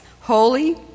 holy